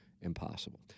impossible